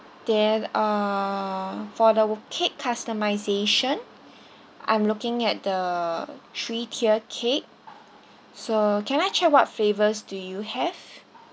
then uh for the cake customization I'm looking at the three tier cake so can I check what flavors do you have